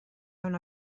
una